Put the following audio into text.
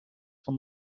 van